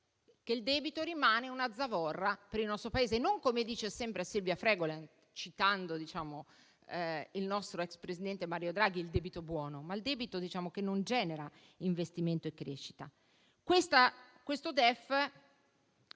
del debito, che rimane una zavorra per il nostro Paese: non parlo - come dice sempre la collega Fregolent, citando il nostro ex presidente Mario Draghi - del debito buono, ma del debito che non genera investimento e crescita. Questo DEF